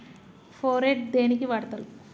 Phorate దేనికి వాడుతరు?